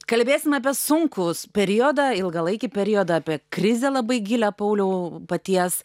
kalbėsim apie sunkų s periodą ilgalaikį periodą apie krizę labai gilią pauliau paties